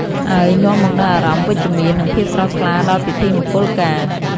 ហើយនាំមកនូវអារម្មណ៍វិជ្ជមាន និងភាពស្រស់ថ្លាដល់ពិធីមង្គលការ។